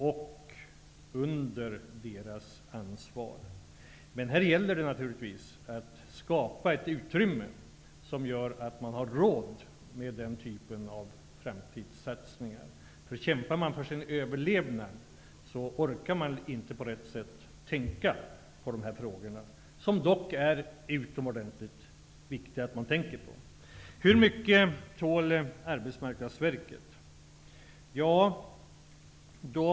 Utbildningen måste också ske på företagens ansvar. Här gäller det naturligtvis att skapa ett utrymme som gör att man har råd med den typen av framtidssatsningar. Det är utomordentligt viktigt att man tänker på dessa frågor, men det orkar man inte göra på rätt sätt om man kämpar för sin överlevnad. Hur mycket tål Arbetsmarknadsverket? frågade Ingela Thale n.